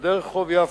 אוקיי.